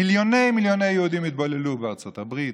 מיליוני מיליוני יהודים התבוללו בארצות הברית,